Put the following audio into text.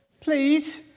Please